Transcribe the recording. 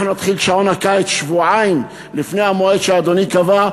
אנחנו נתחיל את שעון הקיץ שבועיים לפני המועד שאדוני קבע,